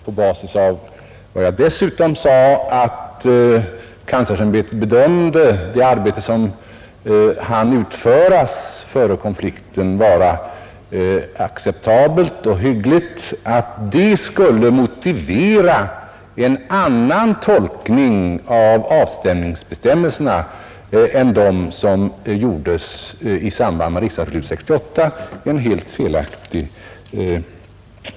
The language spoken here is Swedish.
På basis av vad jag dessutom sade, nämligen att kanslersämbetet bedömde det arbete som hann utföras före konflikten vara acceptabelt och hyggligt, försöker herr Molin göra gällande att det skulle motivera en annan tolkning av avstängningsbestämmelserna än som var avsikten med riksdagsbeslutet 1968.